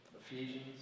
Ephesians